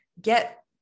get